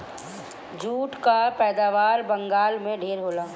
jute कअ पैदावार बंगाल में ढेर होला